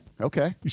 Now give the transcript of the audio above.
Okay